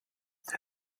der